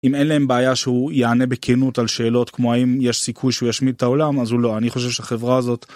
אם אין להם בעיה שהוא יענה בכנות על שאלות כמו האם יש סיכוי שהוא ישמיד את העולם אז הוא לא אני חושב שחברה הזאת.